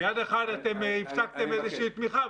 ביד אחת אתם הפסקתם איזושהי תמיכה,